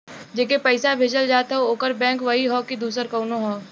जेके पइसा भेजल जात हौ ओकर बैंक वही हौ कि दूसर कउनो हौ